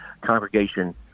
Congregation